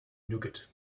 nougat